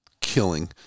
killing